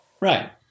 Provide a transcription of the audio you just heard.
Right